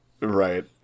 Right